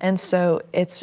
and so, it's